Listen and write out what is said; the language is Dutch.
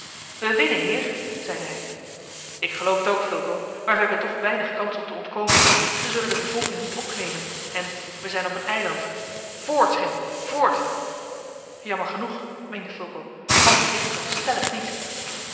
we winnen heer zeide hij k geloof het ook fulco maar we hebben toch weinig kans om te ontkomen zij zullen de vervolging niet opgeven en we zijn op een eiland voort schimmel voort jammer genoeg meende fulco anders kregen ze ons stellig niet